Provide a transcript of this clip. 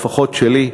לפחות שלי,